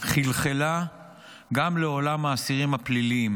חלחלה גם לעולם האסירים הפליליים,